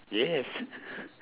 yes